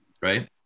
right